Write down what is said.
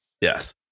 Yes